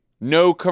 no